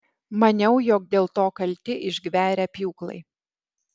maniau jog dėl to kalti išgverę pjūklai